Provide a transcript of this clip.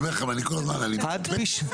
ואני כל הזמן.